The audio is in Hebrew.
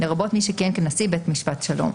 לרבות מי שכיהן כנשיא בתי משפט שלום,